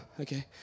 okay